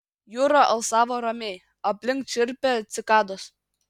jūra alsavo ramiai aplink čirpė cikados